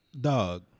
Dog